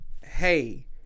Hey